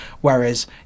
Whereas